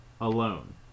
alone